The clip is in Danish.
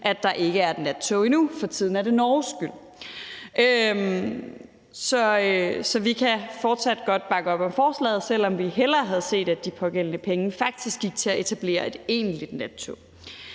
at der ikke er et nattog endnu. For tiden er det Norges skyld. Så vi kan altså fortsat godt bakke op om forslaget, selv om vi hellere havde set, at de pågældende penge faktisk gik til at etablere et egentligt nattog.